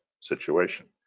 situation